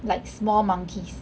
like small monkeys